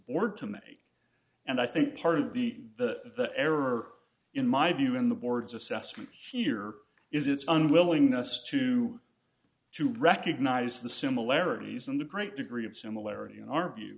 board to me and i think part of the the error in my view in the board's assessment here is it's unwillingness to to recognize the similarities and a great degree of similarity in our view